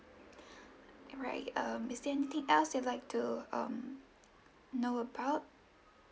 right um is there anything else you'll like to um know about